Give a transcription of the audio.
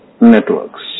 networks